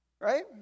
right